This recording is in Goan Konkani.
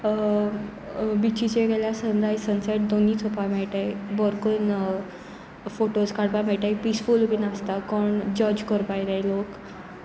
बिचीचे गेल्यार सनरइज सनसेट दोनीय चोवपाक मेळटाय बरे करून फोटोज काडपाक मेळटाय पिसफूल बीन आसता कोण जज करपाक येनाय लोक